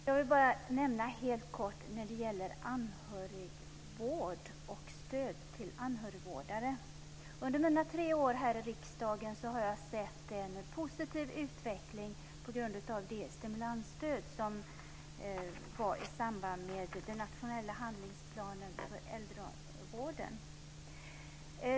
Fru talman! Jag vill bara helt kort nämna något om anhörigvård och stöd till anhörigvårdare. Under mina tre år här i riksdagen har jag sett en positiv utveckling på grund av det stimulansstöd som kom i samband med den nationella handlingsplanen för äldrevården.